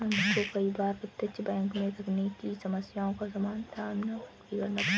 हमको कई बार प्रत्यक्ष बैंक में तकनीकी समस्याओं का सामना भी करना पड़ता है